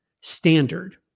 standard